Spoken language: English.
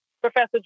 Professor